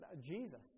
Jesus